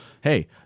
Hey